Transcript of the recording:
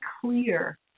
clear